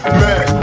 man